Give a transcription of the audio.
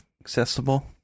accessible